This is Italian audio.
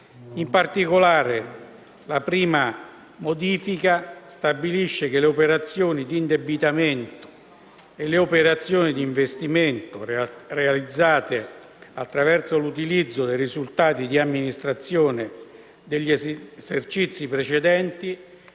In particolare, la prima modifica stabilisce che le operazioni di indebitamento e le operazioni di investimento realizzate attraverso l'utilizzo dei risultati di amministrazione degli esercizi precedenti